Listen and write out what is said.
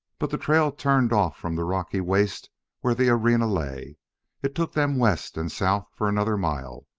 but the trail turned off from the rocky waste where the arena lay it took them west and south for another mile,